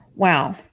Wow